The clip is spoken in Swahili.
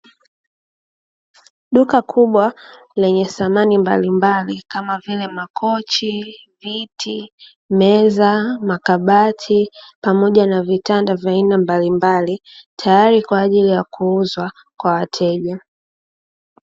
Duka kubwa lenye samani mbalimbali kama vile: makochi, viti, meza, makabati pamoja na vitanda vya aina mbalimbali; tayari kwa ajili ya kuuzwa kwa wateja.